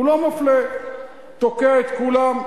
הוא לא מפלה, תוקע את כולם.